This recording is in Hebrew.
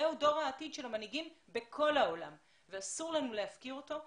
זה דור העתיד של המנהיגים בכל העולם ואסור לנו להפקיר אותו.